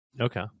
Okay